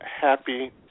Happy